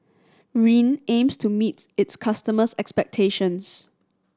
Rene aims to meet its customers' expectations